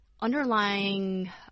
underlying